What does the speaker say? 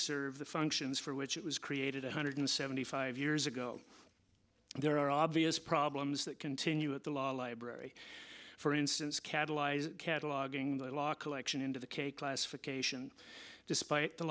serve the functions for which it was created one hundred seventy five years ago there are obvious problems that continue at the law library for instance catalyze cataloguing the law collection into the k classification despite the